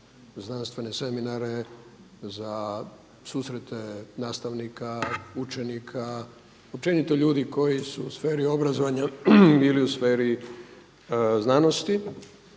znanstvene seminare, za susrete nastavnika, učenika, općenito ljudi koji su u sferi obrazovanja ili u sferi znanosti